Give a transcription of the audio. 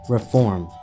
Reform